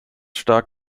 stark